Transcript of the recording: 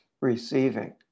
receiving